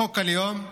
חוק הלאום ב-2018,